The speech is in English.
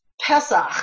Pesach